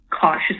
cautious